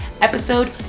episode